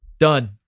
Done